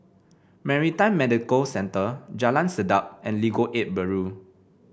Maritime Medical Centre Jalan Sedap and Legal Aid Bureau